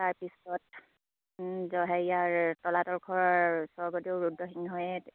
তাৰপিছত জয় হেৰিয়াৰ তলাতল ঘৰৰ স্বৰ্গদেউ ৰুদ্ৰসিংহই